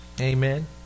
amen